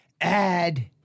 add